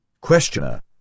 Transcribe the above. Questioner